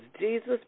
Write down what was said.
Jesus